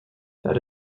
that